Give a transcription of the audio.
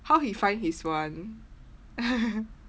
how he find his [one]